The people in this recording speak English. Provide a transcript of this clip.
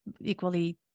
equally